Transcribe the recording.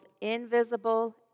invisible